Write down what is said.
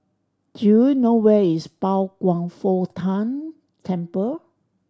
do you know where is Pao Kwan Foh Tang Temple